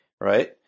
Right